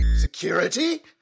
Security